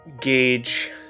gauge